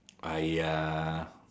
!aiya!